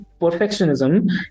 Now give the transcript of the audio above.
perfectionism